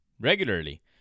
regularly